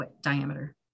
diameter